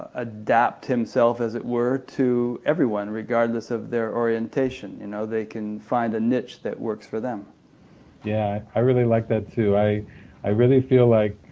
adapt himself, as it were, to everyone, regardless of their orientation, you know they can find a niche that works for them. david yeah, i really like that too. i i really feel like